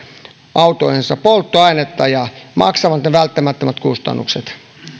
autoihinsa polttoainetta ja maksavat ne välttämättömät kustannukset